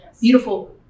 beautiful